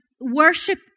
worship